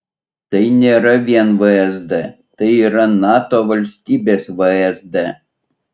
tai nėra vien vsd tai yra nato valstybės vsd